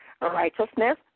righteousness